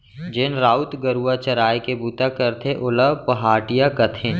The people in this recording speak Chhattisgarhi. जेन राउत गरूवा चराय के बूता करथे ओला पहाटिया कथें